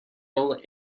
role